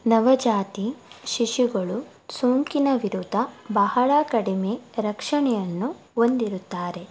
ನವಜಾತಿ ಶಿಶುಗಳು ಸೋಂಕಿನ ವಿರುದ್ಧ ಬಹಳ ಕಡಿಮೆ ರಕ್ಷಣೆಯನ್ನು ಹೊಂದಿರುತ್ತಾರೆ